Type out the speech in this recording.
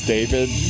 David